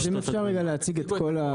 יצרנים קטנים נעשה ככה,